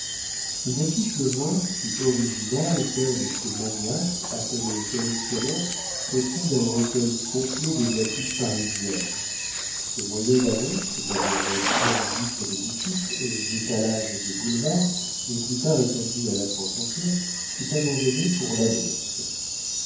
les affiches devinrent si originales qu'un de ces maniaques appelés collectionneurs possède un recueil complet des affiches parisiennes ce moyen d'annonce d'abord restreint aux vitres des boutiques et aux étalages des boulevards mais plus tard étendu à la france entière fut abandonné pour l'annonce